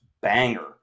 banger